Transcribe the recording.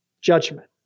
judgment